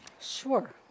Sure